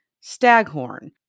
staghorn